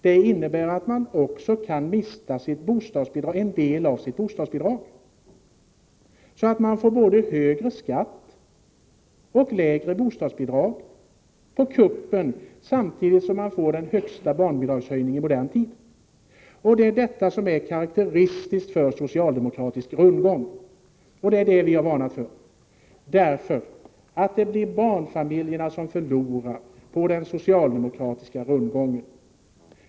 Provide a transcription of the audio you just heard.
Det innebär att man också kan mista en del av sitt bostadsbidrag, så att man får både högre skatt och lägre bostadsbidrag på kuppen, samtidigt som man får den högsta barnbidragshöjningen i modern tid. Det är detta som är karakteristiskt för socialdemokratisk rundgång. Det är detta vi har varnat för, därför att det blir barnfamiljerna som förlorar på den socialdemokratiska rundgången.